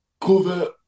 cover